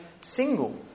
single